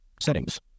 Settings